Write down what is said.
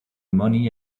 money